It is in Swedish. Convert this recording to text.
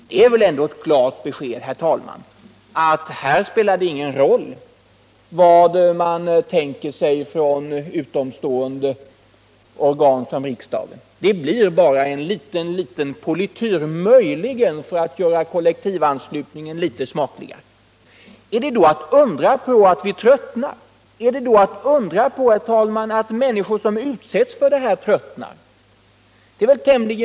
Det är väl ändå ett klart besked, herr talman, om att här spelar det ingen roll vad man tänker hos utomstående organ som riksdagen. Det blir bara en liten, liten försköning — möjligen — för att göra kollektivanslutningen litet smakligare. Är det då att undra på att vi tröttnar, att människor som utsätts för detta tröttnar?